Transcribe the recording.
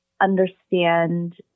understand